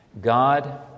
God